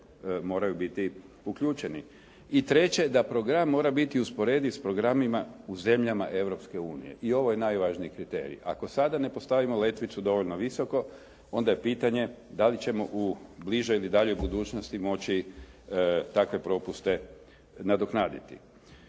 moraju biti uključeni. I treće, da program mora biti usporediv s programima u zemljama Europske unije i ovo je najvažniji kriterij. Ako sada ne postavimo letvicu dovoljno visoko, onda je pitanje da li ćemo u bližoj ili daljoj budućnosti moći takve propuste nadoknaditi.